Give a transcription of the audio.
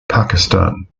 pakistan